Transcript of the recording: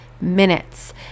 minutes